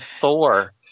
Thor